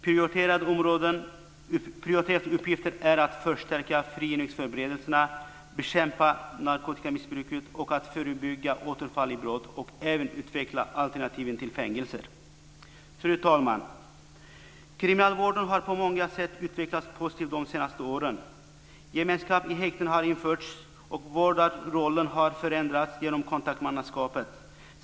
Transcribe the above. Prioriterade uppgifter är att förstärka frigivningsförberedelserna, att bekämpa narkotikamissbruket och att förebygga återfall i brott och även att utveckla alternativen till fängelser. Fru talman! Kriminalvården har på många sätt utvecklats positivt de senaste åren. Gemenskap i häkten har införts och vårdarrollen har förändrats genom kontaktmannaskapet.